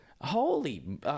holy